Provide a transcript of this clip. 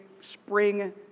spring